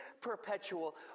perpetual